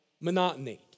monotony